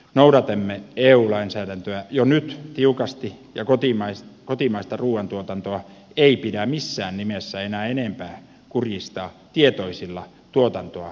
noudatamme eu lainsäädäntöä jo nyt tiukasti ja kotimaista ruuantuotantoa ei pidä missään nimessä enää enempää kurjistaa tietoisilla tuotantoa vaikeuttavilla toimenpiteillä